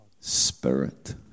spirit